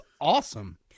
awesome